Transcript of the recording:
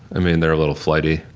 i mean, they're a little flighty.